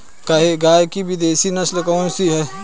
गाय की विदेशी नस्ल कौन सी है?